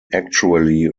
actually